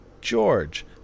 George